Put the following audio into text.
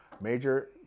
Major